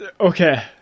Okay